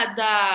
da